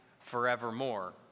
forevermore